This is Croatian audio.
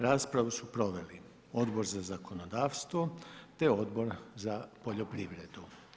Raspravu su proveli Odbor za zakonodavstvo te Odbor za poljoprivredu.